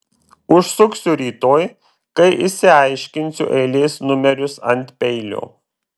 užsuksiu rytoj kai išsiaiškinsiu eilės numerius ant peilio